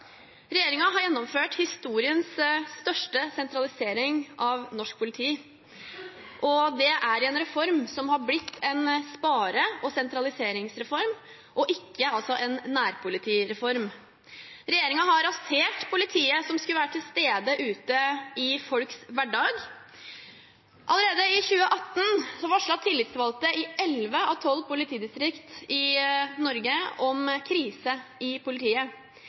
har gjennomført historiens største sentralisering av norsk politi. Det er en reform som har blitt en spare- og sentraliseringsreform, ikke en nærpolitireform. Regjeringen har rasert politiet, som skulle være til stede ute i folks hverdag. Allerede i 2018 varslet tillitsvalgte i elleve av tolv politidistrikt i Norge om krise i politiet.